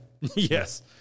Yes